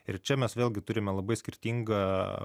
ir čia mes vėlgi turime labai skirtingą